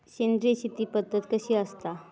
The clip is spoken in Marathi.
सेंद्रिय शेती पद्धत कशी असता?